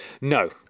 No